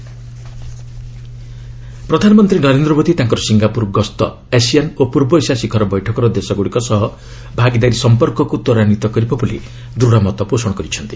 PM Singapore departure statement ପ୍ରଧାନମନ୍ତ୍ରୀ ନରେନ୍ଦ୍ର ମୋଦି ତାଙ୍କର Singapore ଗସ୍ତ ଆସିଆନ୍ ଓ ପୂର୍ବ ଏସିଆ ଶିଖର ବୈଠକର ଦେଶଗୁଡ଼ିକ ସହ ଭାଗିଦାରୀ ସମ୍ପର୍କକ୍ତ ତ୍ୱରାନ୍ୱିତ କରିବ ବୋଲି ଦୂଢ଼ ମତ ପୋଷଣ କରିଛନ୍ତି